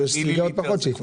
אני לא